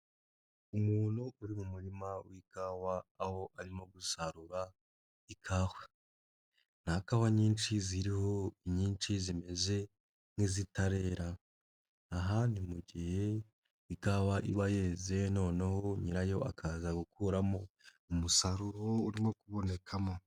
Umuntu uri mu murima w'ikawa aho arimo gusarura ikawa. Nta kawa nyinshi ziriho, inyinshi zimeze nk'izitarera. Aha ni mu gihe ikawa iba yeze noneho nyirayo akaza gukuramo umusaruro urimo kubonekamo.